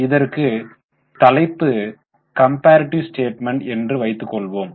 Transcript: இதற்கு தலைப்பு comparative statement என்று வைத்துக் கொள்வோம்